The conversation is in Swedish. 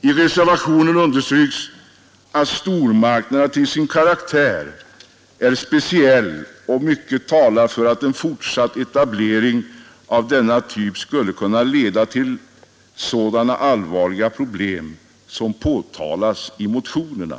I reservationen understryks att stormarknaden till sin karaktär är speciell och att mycket talar för att en fortsatt etablering av företag av denna typ skulle leda till sådana allvarliga problem som beskrivs i motionerna.